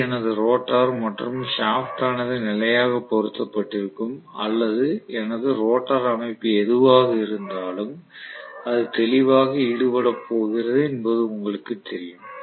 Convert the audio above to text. இது எனது ரோட்டார் மற்றும் ஷாப்ட் ஆனது நிலையாக பொருத்தப்பட்டிருக்கும் அல்லது எனது ரோட்டார் அமைப்பு எதுவாக இருந்தாலும் அது தெளிவாக ஈடுபடப் போகிறது என்பது உங்களுக்குத் தெரியும்